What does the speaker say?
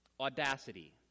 Audacity